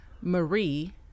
marie